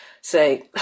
say